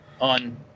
on